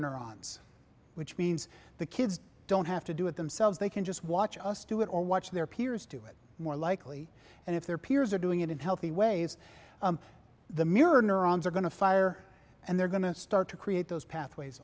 neurons which means the kids don't have to do it themselves they can just watch us do it or watch their peers do it more likely and if their peers are doing it in healthy ways the mirror neurons are going to fire and they're going to start to create those pathways